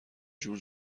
جور